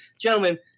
gentlemen